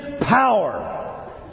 power